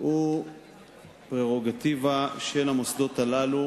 הוא פררוגטיבה של המוסדות הללו,